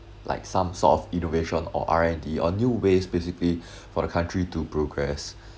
like some sort of innovation or R&D on new ways basically for the country to progress